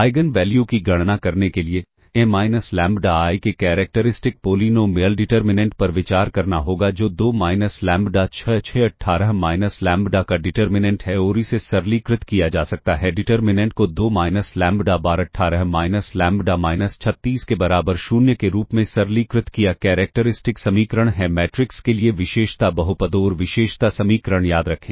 eigen value की गणना करने के लिए ए माइनस लैम्ब्डा I के कैरेक्टरिस्टिक पोलीनोमिअल डिटर्मिनेंट पर विचार करना होगा जो 2 माइनस लैम्ब्डा 6 6 18 माइनस लैम्ब्डा का डिटर्मिनेंट है और इसे सरलीकृत किया जा सकता है डिटर्मिनेंट को 2 माइनस लैम्ब्डा बार 18 माइनस लैम्ब्डा माइनस 36 के बराबर 0 के रूप में सरलीकृत किया कैरेक्टरिस्टिक समीकरण है मैट्रिक्स के लिए विशेषता बहुपद और विशेषता समीकरण याद रखें